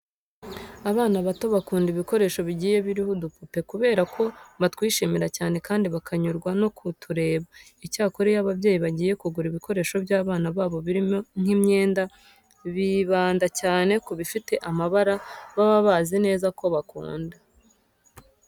Abana bato bakunda ibikoresho bigiye biriho udupupe kubera ko batwishimira cyane kandi bakanyurwa no kutureba. Icyakora iyo ababyeyi bagiye kugura ibikoresho by'abana babo birimo nk'imyenda, bibanda cyane ku bifite amabara baba bazi neza ko bakunda.